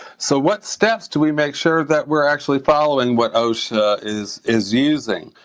so what steps do we make sure that we're actually following what osha is is using?